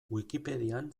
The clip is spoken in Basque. wikipedian